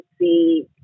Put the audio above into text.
see